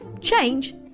change